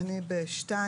אני בפסקה (2).